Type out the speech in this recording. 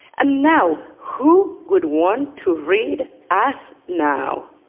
and now who would want to read us now?